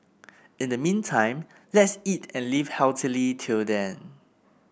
in the meantime let's eat and live healthily till then